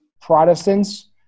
Protestants